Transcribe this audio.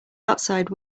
outside